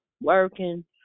working